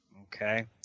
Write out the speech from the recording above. Okay